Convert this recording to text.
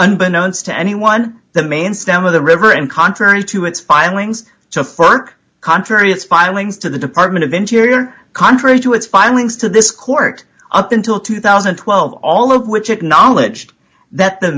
unbeknownst to anyone the main stem of the river and contrary to its filings to further contrary its findings to the department of interior contrary to its findings to this court up until two thousand and twelve all of which acknowledged that the